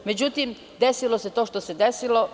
Međutim, desilo se to što se desilo.